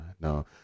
no